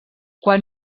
quan